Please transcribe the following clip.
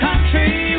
country